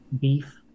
Beef